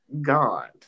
God